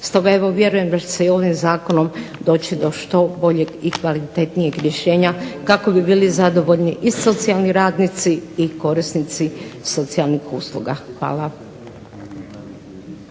Stoga evo vjerujem da će se i ovim Zakonom doći do što boljeg i kvalitetnijeg rješenja kako bi bili zadovoljni i socijalni radnici i korisnici socijalnih usluga. Hvala.